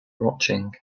watching